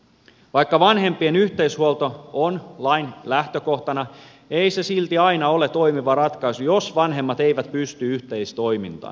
vaikka vanhempien yhteishuolto on lain lähtökohtana ei se silti aina ole toimiva ratkaisu jos vanhemmat eivät pysty yhteistoimintaan